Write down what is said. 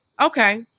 okay